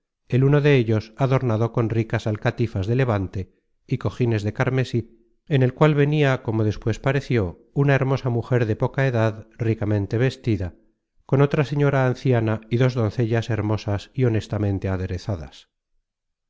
el uno dellos adornado con ricas alcatifas de levante y cojines de carmesí en el cual venia como despues pareció una hermosa mujer de poca edad ricamente vestida con otra señora anciana y dos doncellas hermosas y honestamente aderezadas